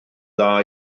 dda